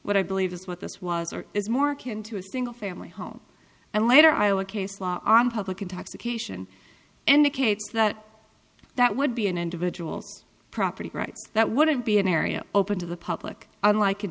what i believe is what this was or is more akin to a single family home and later iowa case law on public intoxication and the case that that would be an individual's property rights that wouldn't be an area open to the public unlike in